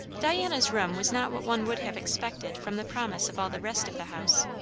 diana's room was not what one would have expected from the promise of all the rest of the house.